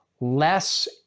less